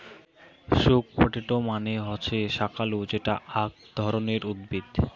sweet potato মানে হসে শাকালু যেটা আক ধরণের উদ্ভিদ